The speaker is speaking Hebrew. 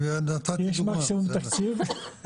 יש מקסימום תקציב,